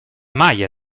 maglia